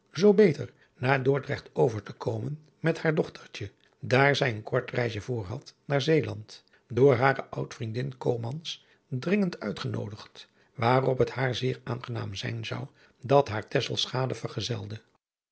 zoo beter naar dordrecht over te komen met haar dochtertje daar zij een kort reisje voorhad naar zeeland door hare oud vriendin coomans dringend uitgenoodigd waarop het haar zeer aangenaam zijn zou dat haar